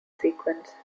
sequence